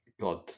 God